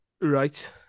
right